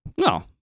No